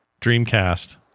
Dreamcast